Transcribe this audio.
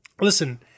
Listen